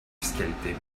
fiscalité